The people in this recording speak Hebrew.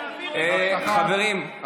חברים,